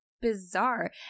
bizarre